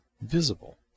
visible